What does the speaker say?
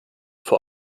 vor